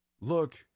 Look